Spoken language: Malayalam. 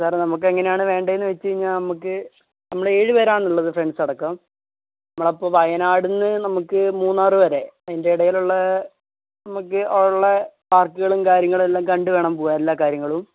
സാർ നമുക്കെങ്ങനെയാണ് വേണ്ടതെന്നു വച്ചുകഴിഞ്ഞാല് നമുക്ക് നമ്മളേഴുപേരാണുള്ളത് ഫ്രണ്ട്സടക്കം നമ്മളപ്പോള് വയനാടില്നിന്നു നമുക്ക് മൂന്നാർ വരെ അതിൻ്റെ ഇടയിലുള്ള നമുക്ക് ഉള്ള പാർക്കുകളും കാര്യങ്ങളും എല്ലാം കണ്ടു വേണം പോകാൻ എല്ലാ കാര്യങ്ങളും